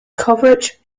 coverage